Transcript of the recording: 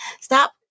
Stop